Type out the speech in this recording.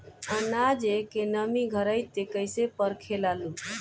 आनाज के नमी घरयीत कैसे परखे लालो?